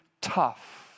tough